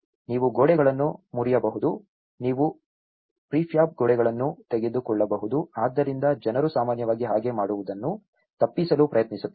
ನೀವು ಗೋಡೆಗಳನ್ನು ಮುರಿಯಬಹುದು ನೀವು ಪ್ರಿಫ್ಯಾಬ್ ಗೋಡೆಗಳನ್ನು ತೆಗೆದುಕೊಳ್ಳಬಹುದು ಆದ್ದರಿಂದ ಜನರು ಸಾಮಾನ್ಯವಾಗಿ ಹಾಗೆ ಮಾಡುವುದನ್ನು ತಪ್ಪಿಸಲು ಪ್ರಯತ್ನಿಸುತ್ತಾರೆ